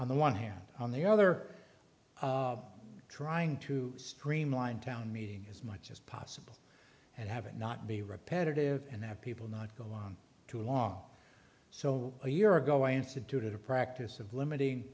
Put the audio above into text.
on the one hand on the other trying to streamline town meeting as much as possible and have it not be repetitive and that people not go on too long so a year ago i instituted a practice of limiting